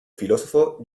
filósofo